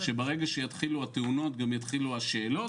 שברגע שיתחילו התאונות גם יתחילו השאלות.